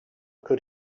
could